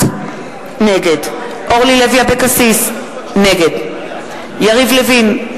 נגד אורלי לוי אבקסיס, נגד יריב לוין,